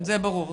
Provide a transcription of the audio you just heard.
זה ברור.